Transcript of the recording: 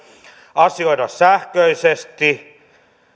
asioida sähköisesti